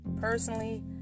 personally